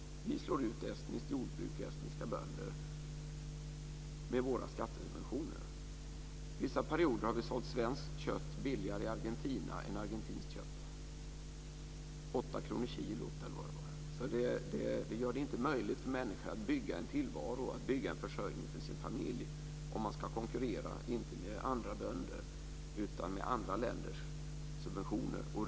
Vi slår ut estniskt jordbruk och estniska bönder med våra skattesubventioner. Vissa perioder har vi sålt svenskt kött billigare i Argentina än argentiskt kött, 8 kr per kilo. Det gör det inte möjligt för människor att bygga en tillvaro, bygga en försörjning för sin familj om man ska konkurrera inte med andra bönder utan med andra länders subventioner.